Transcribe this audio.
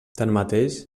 tanmateix